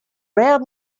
rare